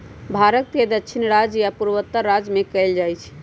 भारत के दक्षिणी राज्य आ पूर्वोत्तर राज्य में कएल जाइ छइ